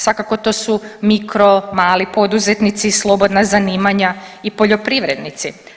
Svakako to su mikro, mali poduzetnici, slobodna zanimanja i poljoprivrednici.